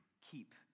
keep